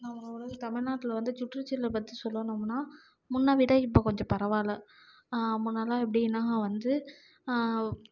நம்மளோட தமிழ்நாட்டில வந்து சுற்றுச்சூழல் பற்றி சொல்லணும்னால் முன்னே விட இப்போ கொஞ்சம் பரவாயில்ல முன்னெல்லாம் எப்படின்னா வந்து